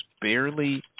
barely